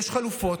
יש חלופות.